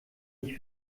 ich